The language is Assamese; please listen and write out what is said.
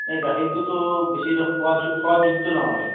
সেই গাখীৰটোতো বেছি সোৱাদ সোৱাদযুক্ত নহয়